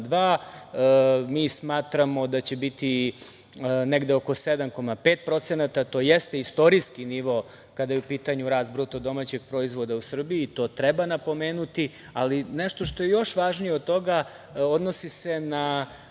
Mi smatramo da će biti negde oko 7,5%. To jeste istorijski nivo kada je u pitanju rast BDP, to treba napomenuti, ali nešto što je još važnije od toga odnosi se na